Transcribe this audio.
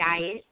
diet